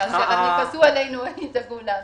שכאשר הם יכעסו עלינו הם ידאגו לנו.